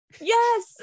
yes